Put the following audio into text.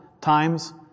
times